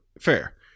Fair